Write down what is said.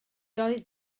doedd